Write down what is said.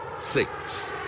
six